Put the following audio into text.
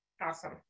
Awesome